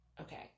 Okay